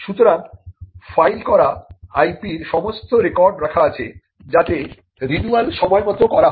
সুতরাং ফাইল করা IP র সমস্ত রেকর্ড রাখা আছে যাতে রিনিউয়াল সময়মত করা হয়